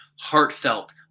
heartfelt